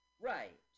Right